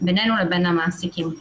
ביננו לבין המעסיקים.